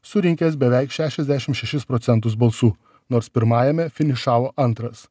surinkęs beveik šešiasdešim šešis procentus balsų nors pirmajame finišavo antras